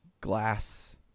glass